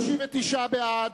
39 בעד,